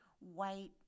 white